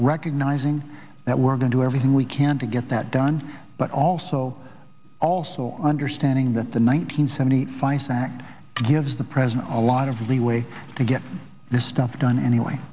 recognizing that we're going to everything we can to get that done but also also understanding that the one hundred seventy five act gives the president a lot of leeway to get this stuff done anyway